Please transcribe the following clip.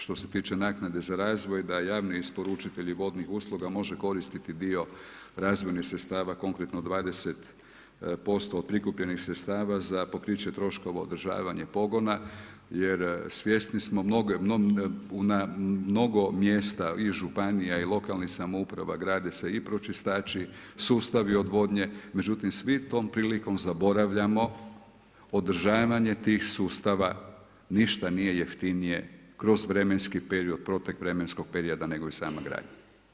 Što se tiče naknade za razvoj, da javni isporučitelji vodnih usluga dio razvojnih sredstava konkretno 20% od prikupljenih sredstava za pokriće troškova održavanja pogona jer svjesni smo na mnogo mjesta i županija i lokalnih samouprava grade se i pročistači, sustavi odvodnje, međutim svi tom prilikom zaboravljamo održavanje tih sustava ništa nije jeftinije kroz vremenski period, protek vremenskog perioda nego i sama gradnja.